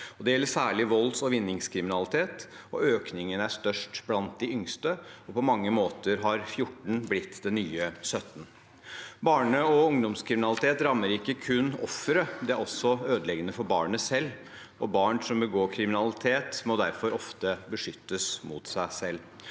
Det gjel der særlig volds- og vinningskriminalitet, og økningen er størst blant de yngste. På mange måter har 14 blitt det nye 17. Barne- og ungdomskriminalitet rammer ikke kun offeret. Det er også ødeleggende for barnet selv. Barn som begår kriminalitet, må derfor ofte beskyttes mot seg selv.